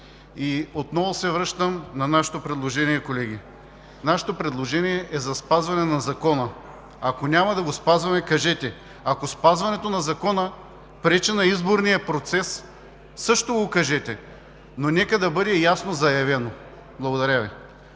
Отново се връщам на нашето предложение, колеги. Нашето предложение е за спазване на Закона. Ако няма да го спазваме – кажете. Ако спазването на Закона пречи на изборния процес, също го кажете, но нека да бъде ясно заявено. Благодаря Ви.